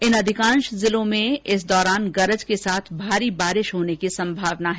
इन अधिकांश जिलों में इस दौरान गरज के साथ भारी वर्षा होने की संभावना है